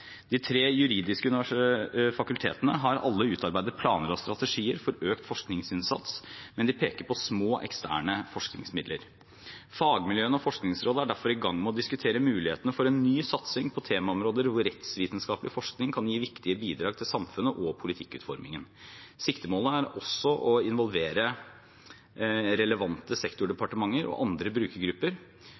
De tre juridiske fakultetene har alle utarbeidet planer og strategier for økt forskningsinnsats, men de peker på små, eksterne forskningsmidler. Fagmiljøene og Forskningsrådet er derfor i gang med å diskutere muligheten for en ny satsing på temaområder hvor rettsvitenskapelig forskning kan gi viktige bidrag til samfunnet og til politikkutformingen. Siktemålet er også å involvere relevante sektordepartementer og andre brukergrupper.